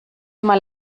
mal